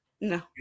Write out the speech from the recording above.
No